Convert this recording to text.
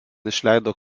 išleido